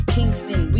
Kingston